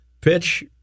pitch